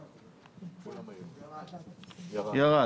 לא.